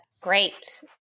Great